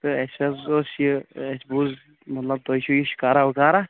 تہٕ اَسہِ حظ اوس یہِ اَسہِ بوٗز مطلب تۄہہِ چھُ یہِ شِکارا وٕکارا